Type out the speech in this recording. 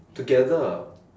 together